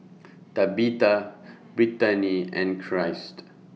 Tabitha Brittani and Christ